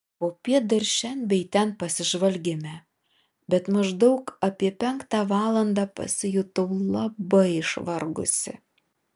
popiet dar šen bei ten pasižvalgėme bet maždaug apie penktą valandą pasijutau labai išvargusi